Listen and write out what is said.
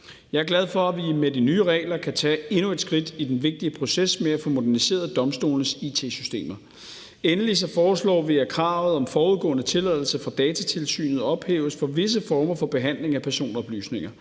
Jeg er glad for, at vi med de nye regler kan tage endnu et skridt i den vigtige proces med at få moderniseret domstolenes it-systemer. Endelig foreslår vi, at kravet om forudgående tilladelse fra Datatilsynet ophæves for visse former for behandling af personoplysninger.